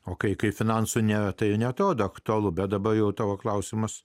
o kai kaip finansų ne tai neatrodo aktualu bet dabar jau tavo klausimas